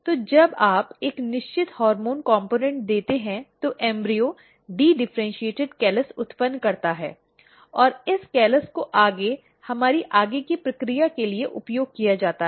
तो जब आप एक निश्चित हार्मोन कॉम्पोनेंट देते हैं तो भ्रूण डिडिफरेंटीटड केलस उत्पन्न करता है और इस केलस को आगे हमारी आगे की प्रक्रिया के लिए उपयोग किया जाता है